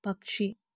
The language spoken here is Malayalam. പക്ഷി